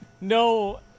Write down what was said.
No